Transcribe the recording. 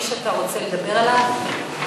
אחמד, אין לך איזה שם אמצעי שאתה רוצה לדבר עליו?